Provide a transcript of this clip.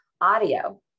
audio